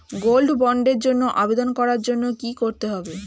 Gold বন্ডের জন্য আবেদন করার জন্য কি করতে হবে?